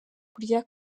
kurya